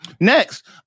Next